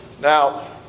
Now